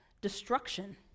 destruction